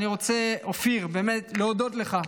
אופיר, אני רוצה באמת להודות לך.